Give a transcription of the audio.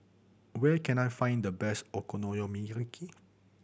where can I find the best